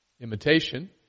imitation